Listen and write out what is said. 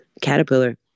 caterpillar